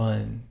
One